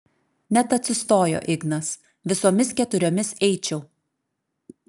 net atsistojo ignas visomis keturiomis eičiau